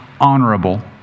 honorable